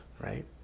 right